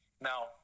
now